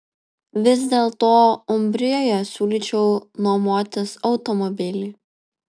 vis dėlto umbrijoje siūlyčiau nuomotis automobilį